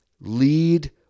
lead